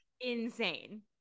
Insane